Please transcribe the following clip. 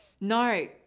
No